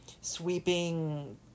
sweeping